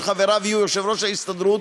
שחבריו יהיו יושב-ראש ההסתדרות,